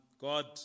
God